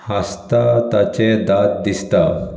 हांसता ताचें दांत दिसतात